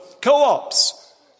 co-ops